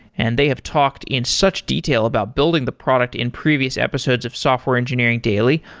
and they have talked in such detail about building the product in previous episodes of software engineering daily.